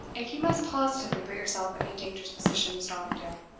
if you must positively put yourself in a dangerous position, mr. armadale,